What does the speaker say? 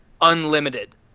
unlimited